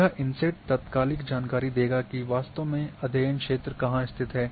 यह इनसेट तात्कालिक जानकारी देगा कि वास्तव में अध्ययन क्षेत्र कहां स्थित है